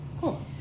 cool